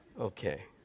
Okay